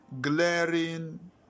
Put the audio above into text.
glaring